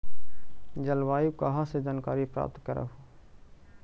जलवायु कहा से जानकारी प्राप्त करहू?